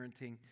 Parenting